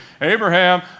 Abraham